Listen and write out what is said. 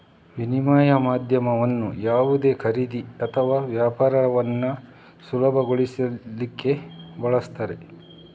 ವಿನಿಮಯ ಮಾಧ್ಯಮವನ್ನ ಯಾವುದೇ ಖರೀದಿ ಅಥವಾ ವ್ಯಾಪಾರವನ್ನ ಸುಲಭಗೊಳಿಸ್ಲಿಕ್ಕೆ ಬಳಸ್ತಾರೆ